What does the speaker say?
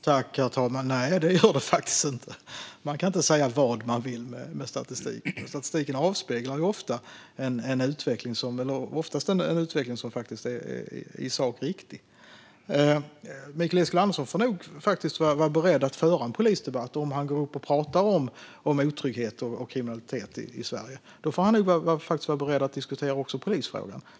Herr talman! Nej, det gör det faktiskt inte - man kan inte säga vad man vill med statistik. Statistiken avspeglar oftast en utveckling som i sak är riktig. Mikael Eskilandersson får nog faktiskt vara beredd att föra en polisdebatt om han går upp och pratar om otrygghet och kriminalitet i Sverige. Om han gör det får han nog vara beredd att också diskutera polisfrågan.